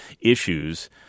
issues